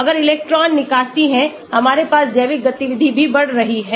अगर इलेक्ट्रॉन निकासीहै हमारे पास जैविक गतिविधि भी बढ़ रही है